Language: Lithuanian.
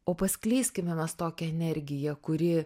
o paskleiskime mes tokią energiją kuri